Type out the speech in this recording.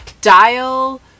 dial